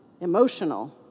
emotional